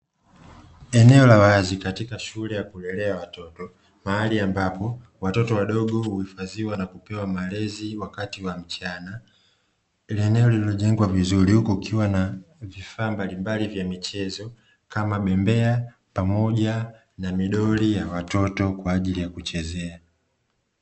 Eneo la wazi katika shule ya kulelea watoto mahali ambapo watoto wadogo, huifadhiwa na kupewa malezi wakati wa mchana, ni eneo lililojengwa vizurii huku kukiwa na vifaa mbalimbali vya michezo kama bembea pamoja na midoli ya watoto ya kwajili ya kuchezea.